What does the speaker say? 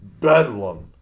Bedlam